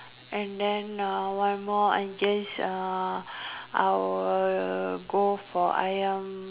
and then uh one more I just uh I will go for ayam